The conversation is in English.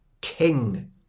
King